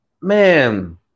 man